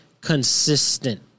consistent